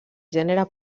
gènere